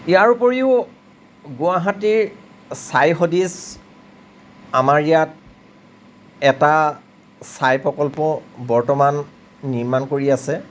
ইয়াৰ উপৰিও গুৱাহাটীৰ ছাই সদৃশ আমাৰ ইয়াত এটা ছাই প্ৰকল্প বৰ্তমান নিৰ্মাণ কৰি আছে